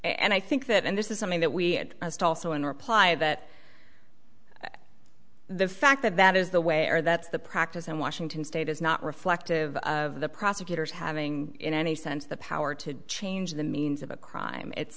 and i think that and this is something that we had as to also in reply that the fact that that is the way or that's the practice in washington state is not reflective of the prosecutor's having in any sense the power to change the means of a crime it's